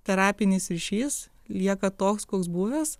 terapinis ryšys lieka toks koks buvęs